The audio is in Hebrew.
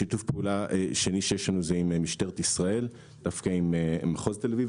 שיתוף פעולה שני שיש לנו זה עם משטרת ישראל והתחלנו עם מחוז תל אביב,